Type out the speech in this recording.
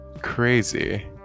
crazy